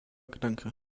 gedanke